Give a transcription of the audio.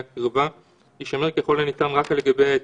שיאובחן כחולה בנגיף יתבקש על ידי משרד הבריאות להסכים להעברת פרטיו